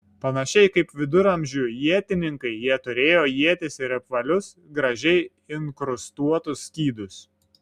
panašiai kaip viduramžių ietininkai jie turėjo ietis ir apvalius gražiai inkrustuotus skydus